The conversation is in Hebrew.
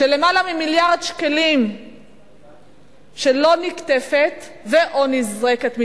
של למעלה ממיליארד שקלים שלא נקטפת או נזרקת,